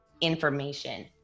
information